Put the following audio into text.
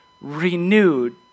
renewed